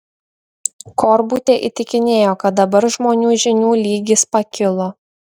korbutė įtikinėjo kad dabar žmonių žinių lygis pakilo